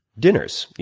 dinners. you